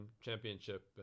championship